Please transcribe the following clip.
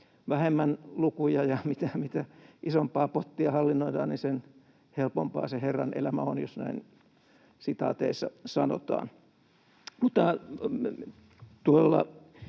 vähemmän lukuja ja mitä isompaa pottia hallinnoidaan, niin sen helpompaa se herran elämä on, jos näin sitaateissa sanotaan.